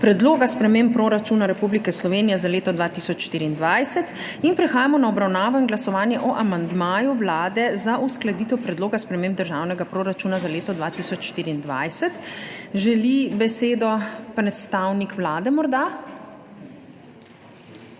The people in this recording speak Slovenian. Predloga sprememb proračuna Republike Slovenije za leto 2024. Prehajamo na obravnavo in glasovanje o amandmaju Vlade za uskladitev predloga sprememb državnega proračuna za leto 2024. Morda želi besedo predstavnik Vlade?